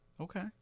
Okay